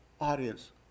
audience